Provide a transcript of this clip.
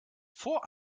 vor